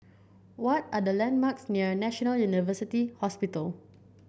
what are the landmarks near National University Hospital